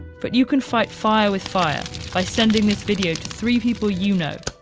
but you can fight fire with fire by sending this video to three people you know,